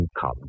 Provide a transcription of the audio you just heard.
come